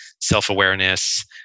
self-awareness